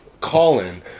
call-in